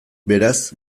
beraz